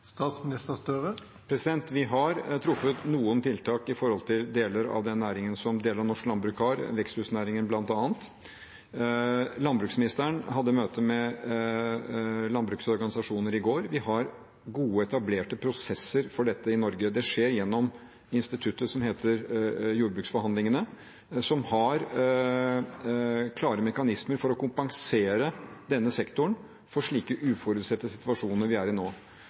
Vi har truffet noen tiltak for deler av næringene i norsk landbruk, veksthusnæringen bl.a. Landbruksministeren hadde møte med landbruksorganisasjoner i går. Vi har gode, etablerte prosesser for dette i Norge. Det skjer gjennom instituttet som heter jordbruksforhandlingene, som har klare mekanismer for å kompensere denne sektoren for slike uforutsette situasjoner vi er i nå.